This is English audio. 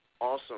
Awesome